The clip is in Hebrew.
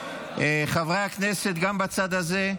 חברי הכנסת, גם בצד הזה,